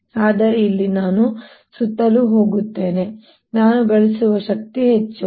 ಆದರೆ ಇಲ್ಲಿ ನಾನು ಸುತ್ತಲೂ ಹೋಗುತ್ತೇನೆ ನಾನು ಗಳಿಸುವ ಶಕ್ತಿ ಹೆಚ್ಚು